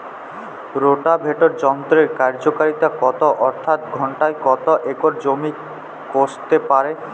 Rotavator যন্ত্রের কার্যকারিতা কত অর্থাৎ ঘণ্টায় কত একর জমি কষতে পারে?